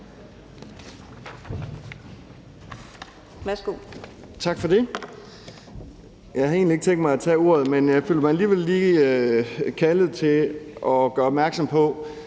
Tak for det. Jeg havde egentlig ikke tænkt mig at tage ordet, men jeg føler mig alligevel lige kaldet til at gøre opmærksom på,